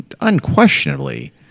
unquestionably